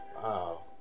Wow